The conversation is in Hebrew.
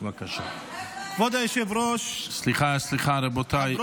כבוד היושב-ראש -- סליחה, סליחה, רבותיי.